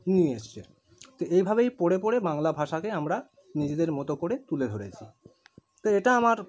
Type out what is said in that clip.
নিয়ে এসছে তো এভাবেই পড়ে পড়ে বাংলা ভাষাকে আমরা নিজেদের মতো করে তুলে ধরেছি তা এটা আমার